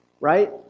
right